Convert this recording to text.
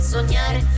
Sognare